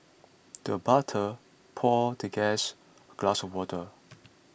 the butler poured the guest a glass of water